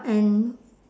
and